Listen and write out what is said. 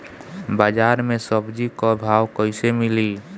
बाजार मे सब्जी क भाव कैसे मिली?